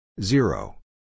Zero